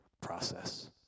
process